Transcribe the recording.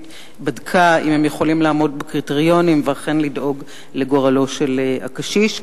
בדקה אם הם יכולים לעמוד בקריטריונים ואכן לדאוג לגורלו של הקשיש.